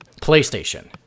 PlayStation